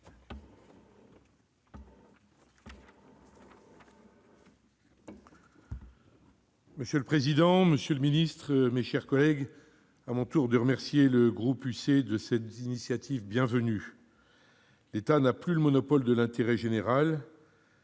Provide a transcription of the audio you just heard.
Monsieur le président, monsieur le secrétaire d'État, mes chers collègues, à mon tour, je remercie le groupe Union Centriste de cette initiative bienvenue. L'État n'a plus le monopole de l'intérêt général.